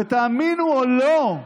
ותאמינו או לא,